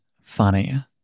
funny